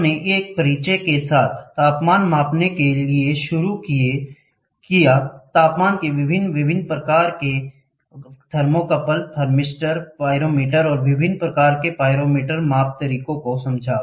हमने एक परिचय के साथ तापमान मापने के लिए शुरू किया तापमान के विभिन्न विभिन्न प्रकार के थर्मोकपल थर्मिस्टर पाइरोमीटर और विभिन्न प्रकार के पाइरोमीटर माप तरीकों को समझा